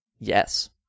Yes